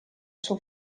sua